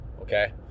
okay